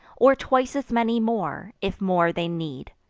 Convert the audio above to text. or twice as many more, if more they need.